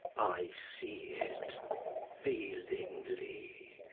i see it feelingly.